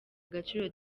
agaciro